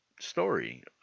story